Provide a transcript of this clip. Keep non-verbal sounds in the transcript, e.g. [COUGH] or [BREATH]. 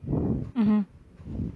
[BREATH] mmhmm [BREATH]